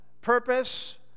purpose